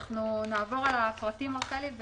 אז אנחנו נעבור על הפרטים, רחלי,